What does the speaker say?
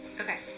Okay